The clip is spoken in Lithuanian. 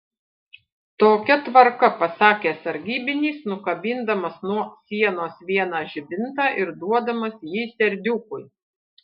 tokia tvarka pasakė sargybinis nukabindamas nuo sienos vieną žibintą ir duodamas jį serdiukui